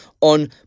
on